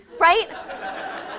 right